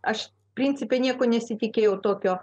aš principe nieko nesitikėjau tokio